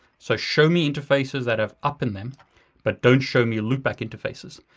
so show me interfaces that have up in them but don't show me loopback interfaces.